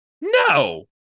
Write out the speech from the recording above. No